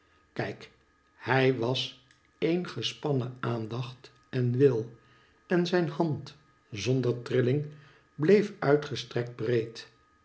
kijk hij was een gespannen aandacht en wil en zijn hand zonder trilling bleef uitgestrekt breed